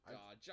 God